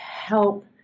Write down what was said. help